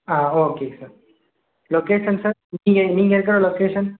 ஆ okay sir location sir நீங்கள் நீங்கள் இருக்கிற லொக்கேஷன்